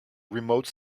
remote